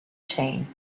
chain